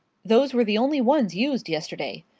those were the only ones used yesterday.